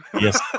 Yes